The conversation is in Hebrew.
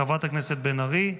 חברת הכנסת בן ארי,